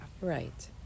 right